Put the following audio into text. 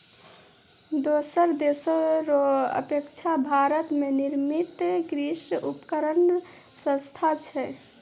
दोसर देशो रो अपेक्षा भारत मे निर्मित कृर्षि उपकरण सस्ता छै